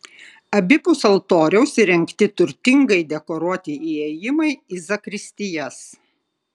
abipus altoriaus įrengti turtingai dekoruoti įėjimai į zakristijas